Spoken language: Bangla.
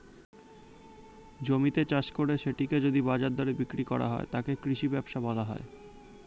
জমিতে চাষ করে সেটিকে যদি বাজার দরে বিক্রি করা হয়, তাকে কৃষি ব্যবসা বলা হয়